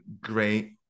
great